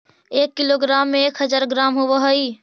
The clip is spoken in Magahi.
एक किलोग्राम में एक हज़ार ग्राम होव हई